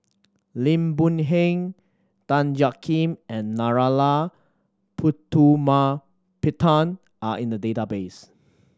Lim Boon Heng Tan Jiak Kim and Narana Putumaippittan are in the database